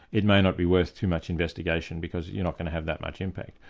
it may not be worth too much investigation because you're not going to have that much impact.